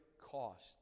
cost